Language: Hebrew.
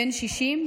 בן 60,